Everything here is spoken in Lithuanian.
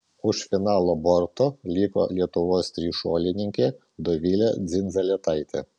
už finalo borto liko lietuvos trišuolininkė dovilė dzindzaletaitė